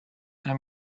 and